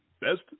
Best